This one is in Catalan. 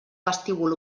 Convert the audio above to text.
vestíbul